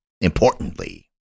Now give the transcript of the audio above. importantly